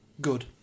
good